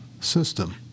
system